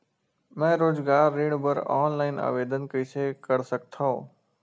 मैं रोजगार ऋण बर ऑनलाइन आवेदन कइसे कर सकथव?